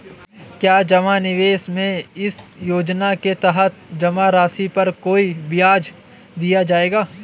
क्या जमा निवेश में इस योजना के तहत जमा राशि पर कोई ब्याज दिया जाएगा?